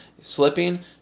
slipping